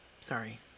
sorry